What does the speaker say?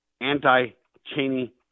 anti-Cheney